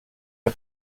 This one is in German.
der